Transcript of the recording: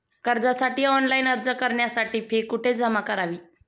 कर्जासाठी ऑनलाइन अर्ज करण्यासाठी फी कुठे जमा करावी?